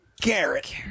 Garrett